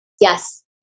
yes